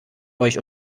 euch